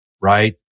right